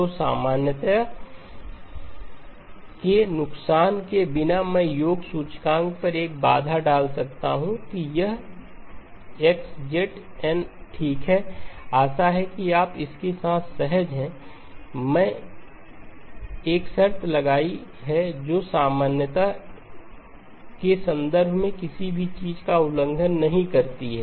तो सामान्यता के नुकसान के बिना मैं योग के सूचकांक पर एक बाधा डाल सकता हूं कि यह xEn ∞ ∞xEnZ nठीक है आशा है कि आप इसके साथ सहज हैं एक शर्त लगाई है जो सामान्यता के संदर्भ में किसी भी चीज का उल्लंघन नहीं करती है